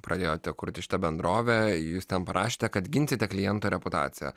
pradėjote kurti šitą bendrovę jūs ten parašėte kad ginsite kliento reputaciją